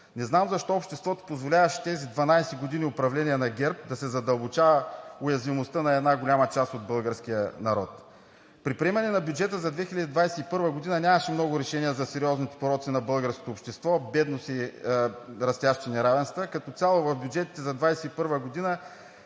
Не знам защо обществото позволяваше през тези 12 години управление на ГЕРБ да се задълбочава уязвимостта на една голяма част от българския народ? При приемането на бюджета за 2021 г. нямаше много решения за сериозните пороци на българското общество – бедност и растящи неравенства. Като цяло в бюджетите за 2021 г.